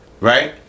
right